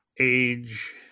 Age